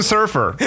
Surfer